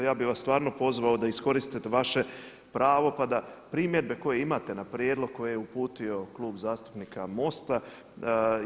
Ja bih vas stvarno pozvao da iskoristite vaše pravo, pa da primjedbe koje imate na prijedlog koje je uputio Klub zastupnika MOST-a.